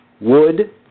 wood